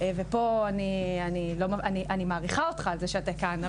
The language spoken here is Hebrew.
ואני מעריכה אותך על זה שאתה כאן,